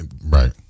Right